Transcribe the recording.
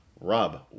Rob